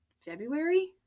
February